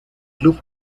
club